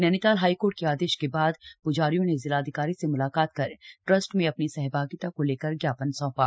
Nainital high court के आदेश के बाद आज प्जारियों ने जिलाधिकारी से मुलाकात कर ट्रस्ट में अपनी सहभागिता को लेकर ज्ञापन सौंपा